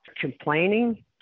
complaining